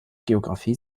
geographie